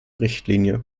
richtlinie